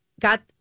got